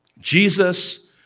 Jesus